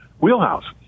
wheelhouse